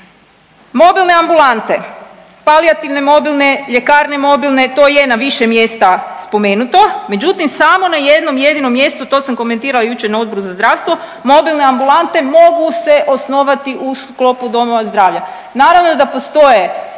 Mobilne ambulante, palijativne mobilne, ljekarne mobilne to je na više mjesta spomenuto, međutim samo na jednom mjestu, to sam komentirala jučer na Odboru za zdravstvo, mobilne ambulante mogu se osnovati u sklopu domova zdravlja.